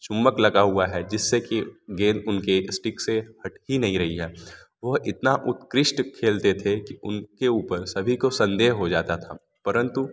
चुम्बक लगा हुआ है जिससे की गेंद उनके स्टिक्स से हट ही नहीं रही है वह इतना उत्कृष्ट खेलते थे कि उन के ऊपर सभी को संदेह हो जाता था परन्तु